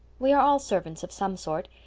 we are all servants of some sort,